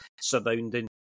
surrounding